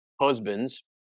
husbands